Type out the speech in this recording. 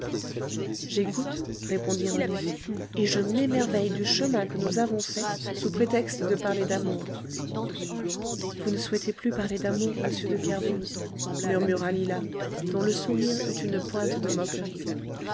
j'écoute répondit rené et je m'émerveille du chemin que nous avons fait sous prétexte de parler d'amour vous ne souhaitez plus parler d'amour monsieur de kervoz murmura lila dont le sourire eut une pointe de moquerie